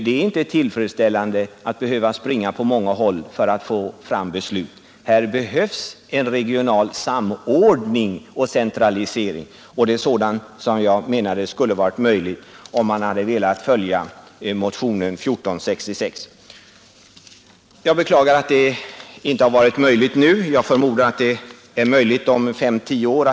Det är inte tillfredsställande att behöva springa på många håll för att få fram beslut. Här behövs en regional samordning och centralisering. Det är det som jag menar hade varit möjligt, om man hade velat följa förslaget i motionen 1466. Jag beklagar att det inte har varit möjligt nu och förmodar att det blir möjligt om 5—10 år.